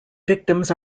victims